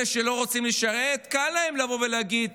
אלה שלא רוצים לשרת, קל להם לבוא ולהגיד: